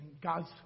God's